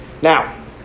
Now